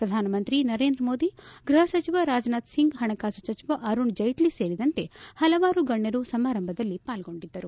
ಪ್ರಧಾನಮಂತ್ರಿ ನರೇಂದ್ರ ಮೋದಿ ಗೃಹ ಸಚಿವ ರಾಜನಾಥ್ ಸಿಂಗ್ ಹಣಕಾಸು ಸಚಿವ ಅರುಣ್ ಜೀಟ್ಲ ಸೇರಿದಂತೆ ಪಲವಾರು ಗಣ್ಣರು ಸಮಾರಂಭದಲ್ಲಿ ಪಾಲ್ಗೊಂಡಿದ್ದರು